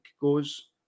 goes